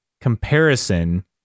comparison